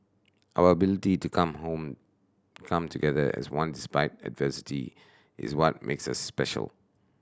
our ability to come home come together as one despite adversity is what makes us special